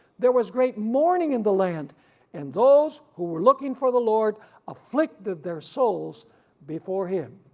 there was great mourning in the land and those who were looking for the lord afflicted their souls before him.